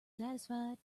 satisfied